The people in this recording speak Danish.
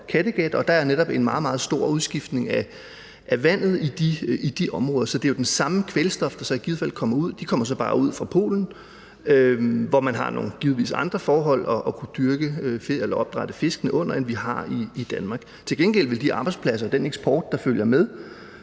Kattegat, og der er netop en meget, meget stor udskiftning af vandet i de områder. Så det er jo det samme kvælstof, der så i givet fald kommer ud. Det kommer så bare ud fra Polen, hvor man givetvis har nogle andre forhold at kunne opdrætte fiskene under, end vi har i Danmark. Til gengæld vil de arbejdspladser og den eksport, der følger med,